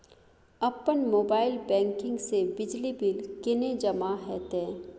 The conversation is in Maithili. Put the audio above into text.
अपन मोबाइल बैंकिंग से बिजली बिल केने जमा हेते?